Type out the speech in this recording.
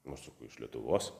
nu aš sakau iš lietuvos